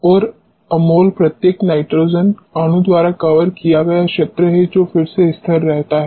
और Amol प्रत्येक nitrogen अणु द्वारा कवर किया गया क्षेत्र है जो फिर से स्थिर रहता है